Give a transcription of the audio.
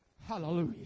Hallelujah